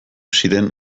ziren